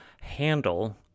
handle